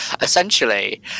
essentially